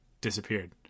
disappeared